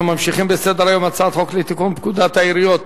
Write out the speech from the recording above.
אנחנו ממשיכים בסדר-היום: הצעת חוק לתיקון פקודת העיריות